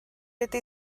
ydy